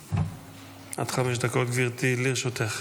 עד חמש דקות, גברתי, לרשותך.